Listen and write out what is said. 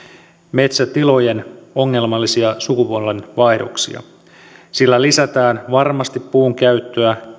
metsätilojen ongelmallisia sukupolvenvaihdoksia sillä lisätään varmasti puunkäyttöä